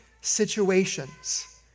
situations